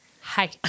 hi